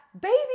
baby